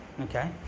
okay